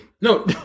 No